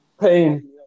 Pain